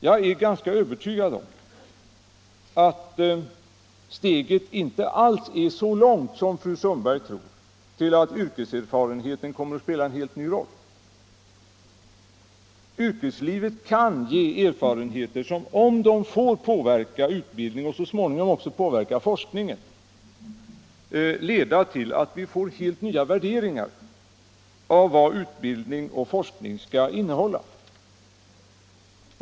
Jag är ganska övertygad om att steget inte alls är så långt som fru Sundberg tror till att yrkeserfarenheten snart kommer att spela en helt ny roll. Yrkeslivet ger erfarenheter som, om de får påverka utbildningen och så småningom även får påverka forskningen, kan leda till helt nya värderingar av vad utbildning och forskning skall innehålla.